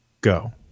go